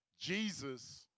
Jesus